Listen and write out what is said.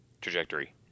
trajectory